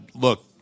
Look